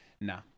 Nah